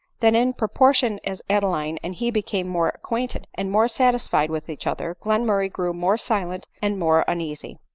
that in proportion as adeline and he became more acquainted and more satisfied with each other, glenmurray grew more silent and more uneasy.